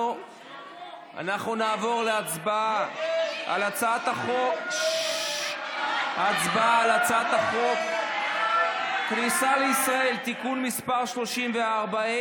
אנחנו נעבור להצבעה על הצעת חוק הכניסה לישראל (תיקון מס' 34),